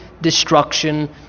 destruction